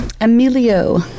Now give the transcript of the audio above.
emilio